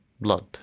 blood